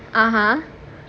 (uh huh)